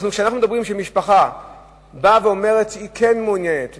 כשאנחנו מדברים על כך שמשפחה באה ואומרת שהיא כן מעוניינת,